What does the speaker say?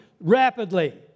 rapidly